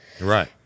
Right